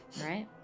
right